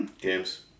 games